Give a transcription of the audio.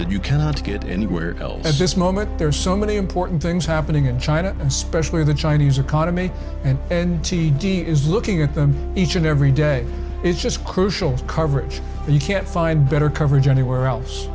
that you cannot get anywhere else at this moment there are so many important things happening in china especially the chinese economy and and t d is looking at them each and every day is just crucial coverage and you can't find better coverage anywhere else